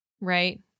Right